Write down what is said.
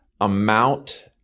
amount